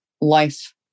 life